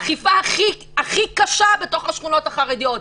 אכיפה הכי קשה בתוך השכונות החרדיות.